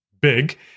big